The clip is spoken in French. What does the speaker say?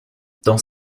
dans